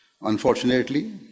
Unfortunately